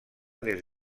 des